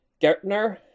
Gertner